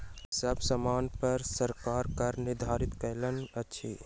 सब सामानपर सरकार करक निर्धारण कयने अछि